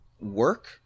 work